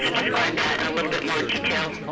a little bit more detail?